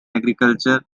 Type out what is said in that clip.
agriculture